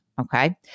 okay